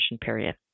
period